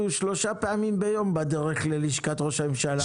הוא שלוש פעמים ביום בדרך ללשכת ראש הממשלה.